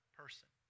person